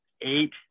eight